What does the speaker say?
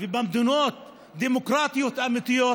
ובמדינות דמוקרטיות אמיתיות